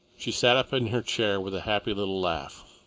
she sat up in her chair with a happy little laugh.